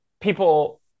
people